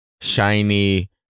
shiny